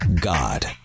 God